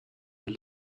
had